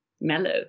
mellow